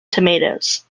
tomatoes